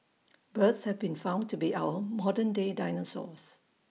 birds have been found to be our modern day dinosaurs